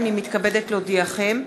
הנני מתכבדת להודיעכם,